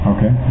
Okay